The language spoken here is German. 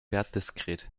wertdiskret